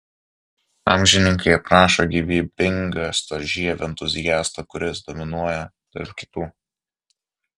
amžininkai aprašo gyvybingą storžievį entuziastą kuris dominuoja tarp kitų